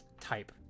type